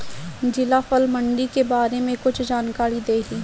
जिला फल मंडी के बारे में कुछ जानकारी देहीं?